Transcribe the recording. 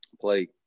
Play